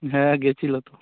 হ্যাঁ গেছিল তো